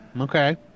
Okay